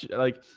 like,